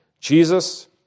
Jesus